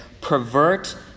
pervert